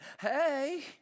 hey